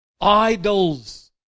Idols